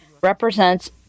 represents